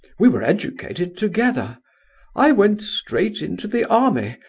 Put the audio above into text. we were educated together i went straight into the army,